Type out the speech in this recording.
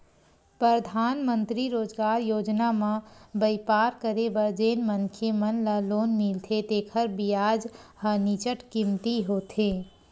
परधानमंतरी रोजगार योजना म बइपार करे बर जेन मनखे मन ल लोन मिलथे तेखर बियाज ह नीचट कमती होथे